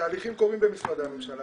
התהליכים קורים בתוך משרדי הממשלה,